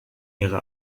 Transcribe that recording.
ihre